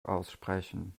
aussprechen